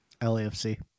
LAFC